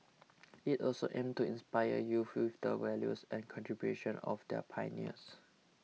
it also aims to inspire youths with the values and contributions of their pioneers